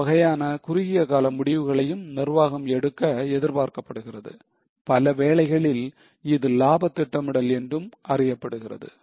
இந்த வகையான குறுகியகால முடிவுகளையும் நிர்வாகம் எடுக்க எதிர்பார்க்கப்படுகிறது பல வேளைகளில் இது லாப திட்டமிடல் என்றும் அறியப்படுகிறது